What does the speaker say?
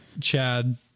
Chad